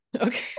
Okay